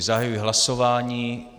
Zahajuji hlasování.